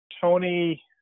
Tony